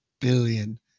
billion